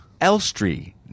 Elstree